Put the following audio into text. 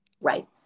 Right